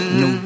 no